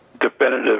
definitive